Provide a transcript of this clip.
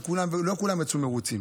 לא כולם יצאו מרוצים,